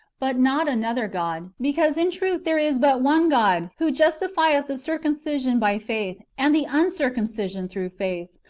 but not another god, because in truth there is but one god, who justifieth the circumcision by faith, and the uncircumcision through faith.